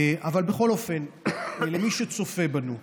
בכל אופן, למי שצופה בנו: